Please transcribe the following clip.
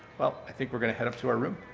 well, i think we're going to head up to our room.